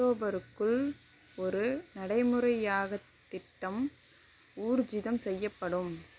அக்டோபருக்குள் ஒரு நடைமுறையாகத் திட்டம் ஊர்ஜிதம் செய்யப்படும்